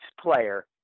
player